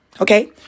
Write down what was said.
okay